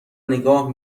نگاه